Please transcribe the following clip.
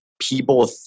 people